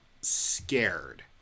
scared